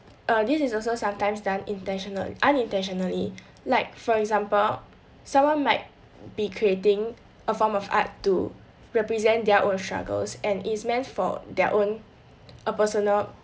err this is also sometimes done intentionally unintentionally like for example someone might be creating a form of art to represent their own struggles and is meant for their own a personal